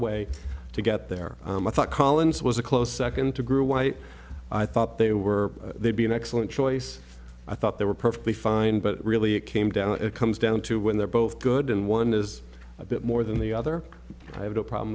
way to get there i thought collins was a close second to groo why i thought they were they'd be an excellent choice i thought they were perfectly fine but really it came down it comes down to when they're both good and one is a bit more than the other i have no problem